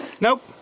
Nope